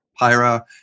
Pyra